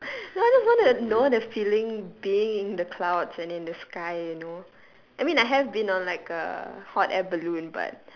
no I just want to know the feeling being in the clouds and in the sky you know I mean I have been on like a hot air balloon